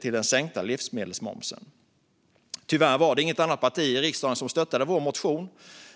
till den sänkta livsmedelsmomsen". Tyvärr var det inget annat parti i riksdagen som stöttade vår motion.